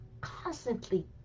constantly